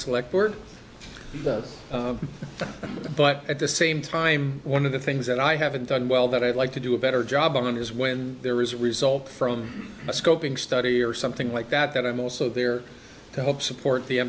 select word but at the same time one of the things that i haven't done well that i'd like to do a better job on is when there is result from a scoping study or something like that that i'm also there to help support the